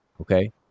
okay